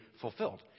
fulfilled